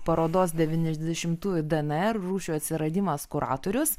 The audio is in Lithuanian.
parodos devyniasdešimtųjų dnr rūšių atsiradimas kuratorius